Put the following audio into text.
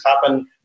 happen